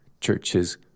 churches